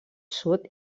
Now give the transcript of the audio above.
sud